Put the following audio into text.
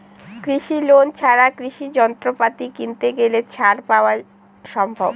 কৃষি লোন ছাড়া কৃষি যন্ত্রপাতি কিনতে গেলে ছাড় পাওয়া সম্ভব?